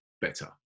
better